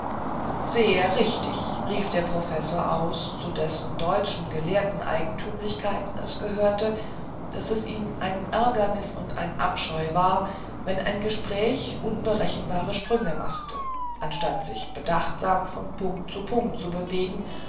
sehr richtig bemerkt rief der professor aus zu dessen deutschen gelehrteneigentümlichkeiten es gehörte daß es ihm ein ärgernis und abscheu war wenn ein gespräch unberechenbare sprünge machte anstatt sich bedachtsam von punkt zu punkt zu bewegen